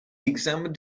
examined